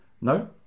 No